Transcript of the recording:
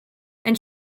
and